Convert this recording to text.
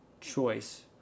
choice